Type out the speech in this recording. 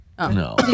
No